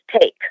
take